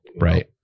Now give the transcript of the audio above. Right